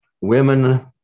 Women